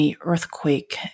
earthquake